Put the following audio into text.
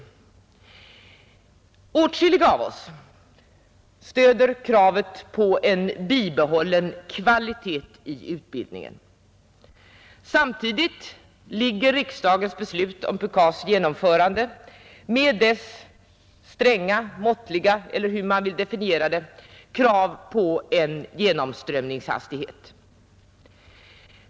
Åtskilliga av oss stöder kravet på en bibehållen kvalitet i utbildningen. Samtidigt ligger riksdagens beslut om PUKAS:s genomförande med dess stränga, måttliga — eller hur man vill definiera det — krav på genomströmningshastighet.